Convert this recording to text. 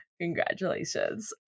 Congratulations